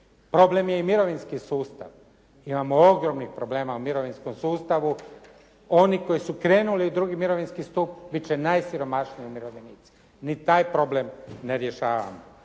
Problem je i mirovinski sustav. Imamo ogromnih problema u mirovinskom sustavu. Oni koji su krenuli u II. mirovinski stup bit će najsiromašniji umirovljenici. Ni taj problem ne rješavamo.